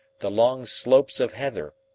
the long slopes of heather,